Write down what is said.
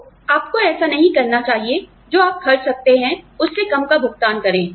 तो आपको ऐसा नहीं करना चाहिए जो आप खर्च कर सकते हैं उससे कम का भुगतान करें